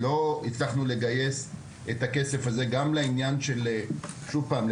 אנחנו לצערי לא הצלחנו לגייס את הכסף הזה גם לעניין של שוב פעם,